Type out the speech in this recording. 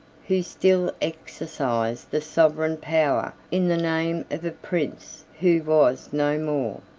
who still exercised the sovereign power in the name of a prince who was no more.